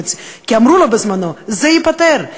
כי אמרו לו בזמנו: זה ייפתר,